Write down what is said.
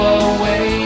away